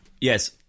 Yes